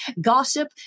gossip